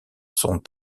sont